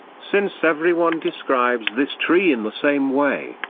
since everyone describes this tree in the same way,